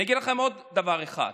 אני אגיד לכם עוד דבר אחד.